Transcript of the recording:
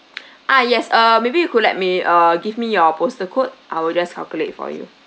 ah yes uh maybe you could let me err give me your postal code I will just calculate for you